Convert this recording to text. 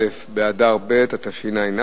א' באדר ב' התשע"א,